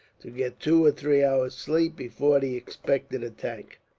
to get two or three hours' sleep before the expected attack.